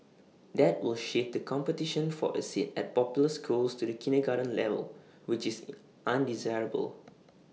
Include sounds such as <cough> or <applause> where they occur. that will shift the competition for A seat at popular schools to the kindergarten level which is <noise> undesirable